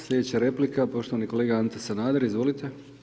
Slijedeća replika poštovani kolega Ante Sanader, izvolite.